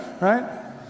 Right